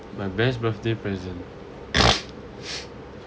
my best birthday present